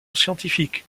scientifique